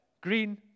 green